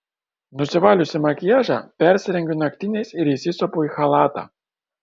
nusivaliusi makiažą persirengiu naktiniais ir įsisupu į chalatą